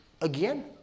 again